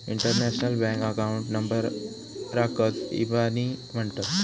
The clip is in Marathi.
इंटरनॅशनल बँक अकाऊंट नंबराकच इबानी म्हणतत